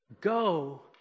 Go